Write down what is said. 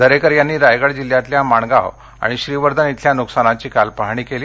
दरेकर यांनी रायगड जिल्ह्यातल्या माणगाव आणि श्रीवर्धन इथल्या नुकसानीची काल पाहणी केली